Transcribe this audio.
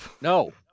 No